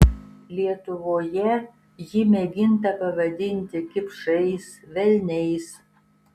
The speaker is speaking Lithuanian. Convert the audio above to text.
lietuvoje jį mėginta pavadinti kipšais velniais